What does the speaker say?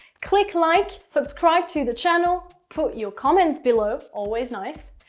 click like, subscribe to the channel, put your comments below always nice.